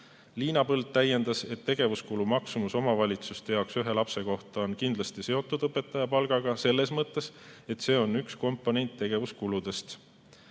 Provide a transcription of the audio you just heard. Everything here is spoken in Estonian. Liina Põld täiendas, et tegevuskulu maksumus omavalitsuste jaoks ühe lapse kohta on kindlasti seotud õpetaja palgaga selles mõttes, et see on üks komponent tegevuskuludest.